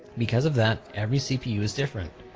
because of that every cpu is different.